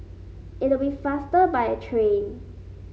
it'll be faster by a train